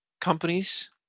companies